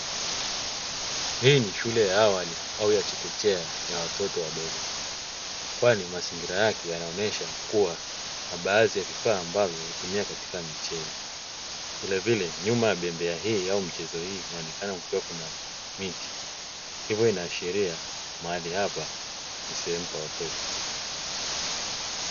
Hii ni shule ya awali au ya chekechea ya watoto wadogo, kwani mazingira yake yanaonyesha kuwa na baadhi ya vifaa ambavyo hutumia kwaajili ya michezo, vilevile nyuma ya bembea hii au michezo hii inaonekana kukiwa na miti hivyo inaashiria mahali hapa ni sehemu pa watoto.